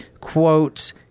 quote